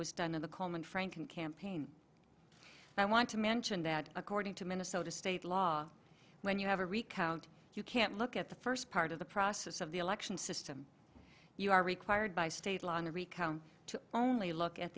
was done in the coleman franken campaign and i want to mention that according to minnesota state law when you have a recount you can't look at the first part of the process of the election system you are required by state law on a recount to only look at